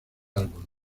álbumes